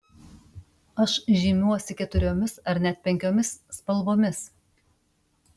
aš žymiuosi keturiomis ar net penkiomis spalvomis